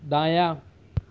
دایاں